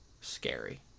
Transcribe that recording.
scary